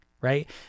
right